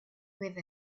with